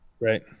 Right